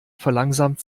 verlangsamt